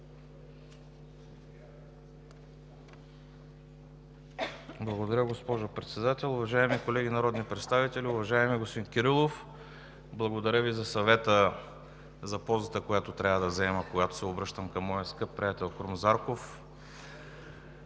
Благодаря, госпожо Председател. Уважаеми колеги, народни представители! Уважаеми господин Кирилов, благодаря Ви за съвета за позата, която трябва да заема, когато се обръщам към моя скъп приятел Крум Зарков.